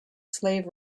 slave